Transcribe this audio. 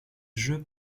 jeu